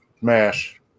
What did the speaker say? Mash